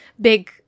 big